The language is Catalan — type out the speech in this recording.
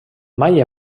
mai